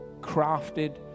crafted